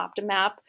OptiMap